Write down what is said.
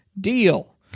Deal